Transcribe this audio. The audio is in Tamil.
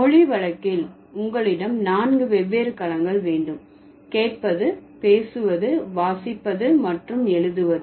மொழி வழக்கில் உங்களிடம் நான்கு வெவ்வேறு களங்கள் வேண்டும் கேட்பது பேசுவது வாசிப்பது மற்றும் எழுதுவது